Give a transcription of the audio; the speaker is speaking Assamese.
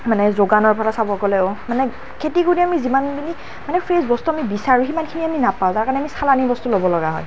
মানে যোগানৰ পৰা চাবলৈ গ'লেও মানে খেতি কৰি মানে আমি যিমানখিনি ফ্ৰেছ বস্তু আমি বিচাৰোঁ সিমানখিনি নাপাওঁ যাৰ কাৰণে আমি চালানি বস্তু ল'বলগীয়া হয়